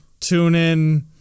TuneIn